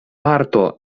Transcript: parto